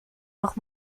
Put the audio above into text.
noch